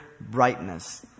brightness